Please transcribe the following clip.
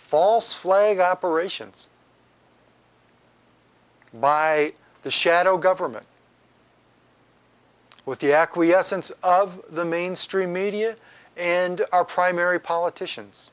false flag operations by the shadow government with the acquiescence of the mainstream media and our primary politicians